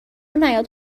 نیاد